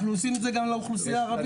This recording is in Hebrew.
אנחנו עושים את זה גם לאוכלוסיה הערבית.